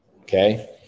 Okay